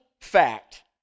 fact